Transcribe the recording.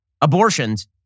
abortions